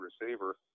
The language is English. receiver